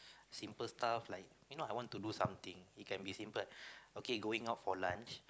simple stuff like you know I want to do something it can be simple okay going out for lunch